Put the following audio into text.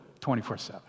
24-7